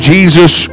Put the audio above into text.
Jesus